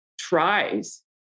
tries